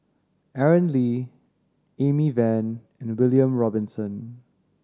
Aaron Lee Amy Van and William Robinson